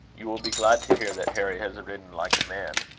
you will be glad to hear that harry has ridden like a man.